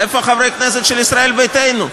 איפה חברי הכנסת של ישראל ביתנו?